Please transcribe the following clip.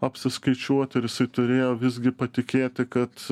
apsiskaičiuoti ir jisai turėjo visgi patikėti kad